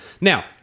now